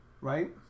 Right